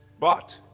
but,